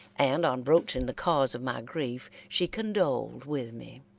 and on broaching the cause of my grief, she condoled with me.